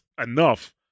enough